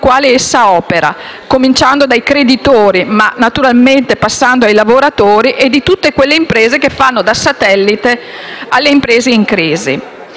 quali essa opera, a cominciare dai creditori e proseguendo naturalmente con i lavoratori e con tutte quelle imprese che fanno da satellite alle imprese in crisi.